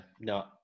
no